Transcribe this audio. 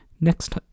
next